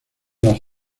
las